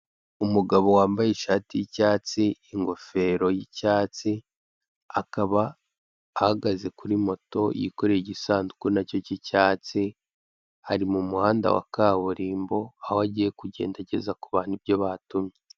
Umugabo wambaye ishati y'icyatsi, ingofero y'icyatsi. Akaba ahagaze kuri moto yikoreye igisanduku na cyo cy'icyatsi. Ari mu muhanda wa kaburimbo, aho agiye kugenda ageza ku bantu ibyo batumye.